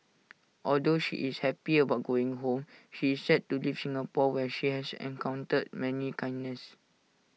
although she is happy about going home she is sad to leave Singapore where she has encountered much kindness